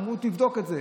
אמרו: תבדוק את זה.